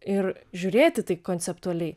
ir žiūrėti taip konceptualiai